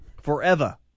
Forever